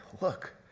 look